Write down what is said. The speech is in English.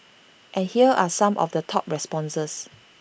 and here are some of the top responses